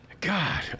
God